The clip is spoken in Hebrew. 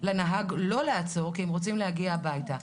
לנהג לא לעצור כי הם רוצים להגיע הביתה.